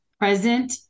present